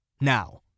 Now